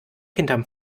hinterm